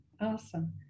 awesome